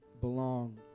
belong